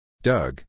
Doug